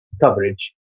coverage